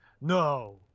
No